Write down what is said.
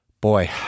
Boy